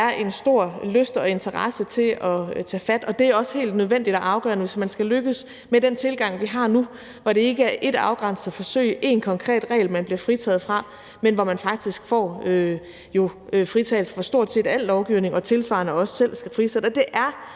Der er en stor lyst og interesse for at tage fat, og det er også helt nødvendigt og afgørende, hvis man skal lykkes med den tilgang, vi har nu, hvor det ikke er ét afgrænset forsøg, én konkret regel, man bliver fritaget fra, men hvor man faktisk får fritagelse fra stort set al lovgivning og tilsvarende også selv skal frisætte.